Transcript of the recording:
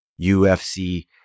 UFC